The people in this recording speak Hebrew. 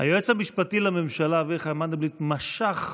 היועץ המשפטי לממשלה אביחי מנדלבליט משך